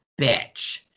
bitch